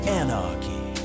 anarchy